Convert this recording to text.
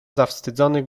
zawstydzony